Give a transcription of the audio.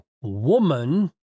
woman